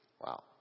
Wow